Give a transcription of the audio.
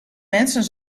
mensen